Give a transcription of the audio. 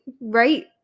right